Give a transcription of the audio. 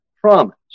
promise